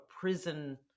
prison